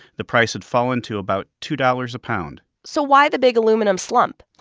the price had fallen to about two dollars a pound so why the big aluminum slump?